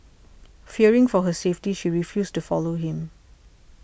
fearing for her safety she refused to follow him